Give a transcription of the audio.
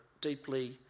deeply